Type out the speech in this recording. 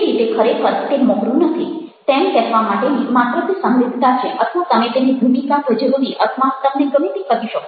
તે રીતે ખરેખર તે મહોરું નથી તેમ કહેવા માટેની માત્ર તે સમરૂપતા છે અથવા તમે તેને ભૂમિકા ભજવવી અથવા તમને ગમે તે કહી શકો